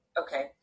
Okay